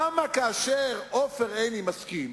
למה כאשר עופר עיני מסכים